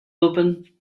open